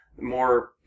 more